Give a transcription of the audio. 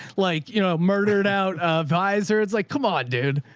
like, you know, murdered out of visor. it's like, come on dude.